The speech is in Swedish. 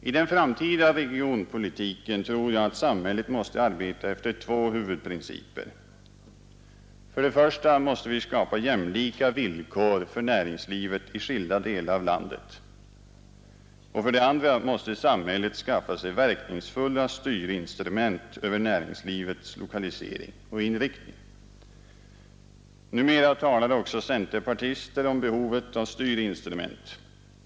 I den framtida regionpolitiken tror jag att samhället måste arbeta efter två huvudprinciper. För det första måste vi skapa jämlika villkor för näringslivet i skilda delar av landet. För det andra måste samhället skaffa sig verkningsfulla styrinstrument för näringslivets lokalisering och inriktning. Numera talar också centerpartister om behovet av styrinstrument.